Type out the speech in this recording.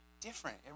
Different